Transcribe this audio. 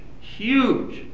huge